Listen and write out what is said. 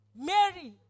Mary